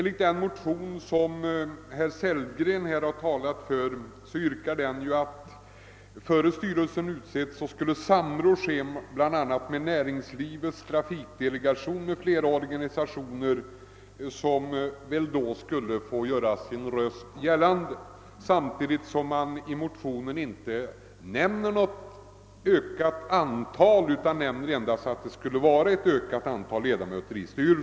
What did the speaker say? I den motion som herr Sellgren här har talat för yrkas att samråd skall ske med Näringslivets tra fikdelegation m.fl. organisationer innan styrelsen utses. De organisationerna skall väl då få tillfälle att göra sin röst hörd. I motionen sägs emellertid ingenting om antalet ledamöter i styrelsen, utan man har bara skrivit att det skall vara ett ökat antal ledamöter där.